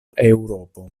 eŭropo